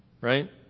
right